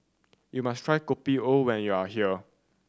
you must try Kopi O when you are here